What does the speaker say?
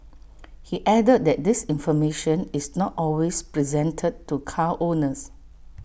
he added that this information is not always presented to car owners